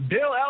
Bill